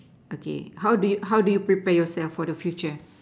okay how do you how do you prepare yourself for the future